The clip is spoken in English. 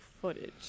footage